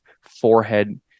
forehead